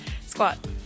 Squat